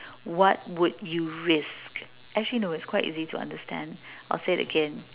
what would you risk actually no its quite easy to understand I'll say it again